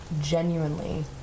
genuinely